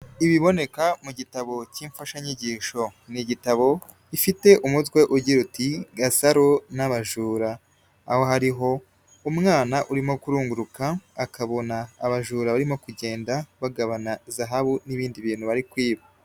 Ibiboneka mu gitabo cy'imfashanyigisho. Ni igitabo gifite umutwe ugira uti: "Gasaro n'abajura." Aho hariho umwana urimo kurunguruka, akabona abajura barimo kugenda bagabana Zahabu n'ibindi bintu bari kwiba.